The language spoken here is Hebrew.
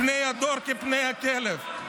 פני הדור כפני הכלב.